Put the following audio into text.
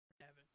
heaven